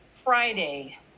Friday